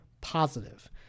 positive